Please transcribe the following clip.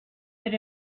that